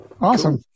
Awesome